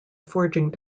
forging